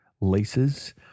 Laces